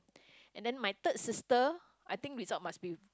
and then my third sister I think result must be